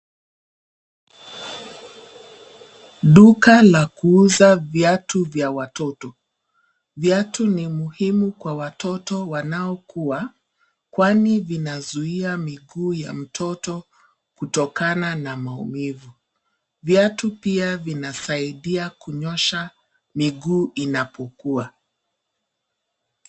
Duka la kuuza viatu vya watoto. Viatu ni muhimu kwa watoto wanaokua, kwani vinazuia miguu ya mtoto kutokana na maumivu. Viatu pia vinasaidia kunyosha miguu inapokua.